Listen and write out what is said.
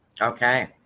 Okay